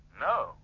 No